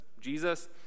Jesus